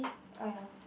oh ya